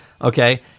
okay